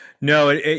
No